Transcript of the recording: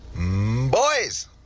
Boys